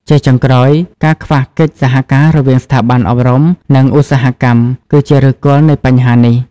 ជាចុងក្រោយ ការខ្វះកិច្ចសហការរវាងស្ថាប័នអប់រំ និងឧស្សាហកម្ម គឺជាឫសគល់នៃបញ្ហានេះ។